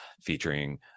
featuring